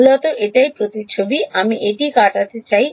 মূলত এটাই প্রতিচ্ছবি আমি এটি কাটাতে চাই